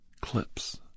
clips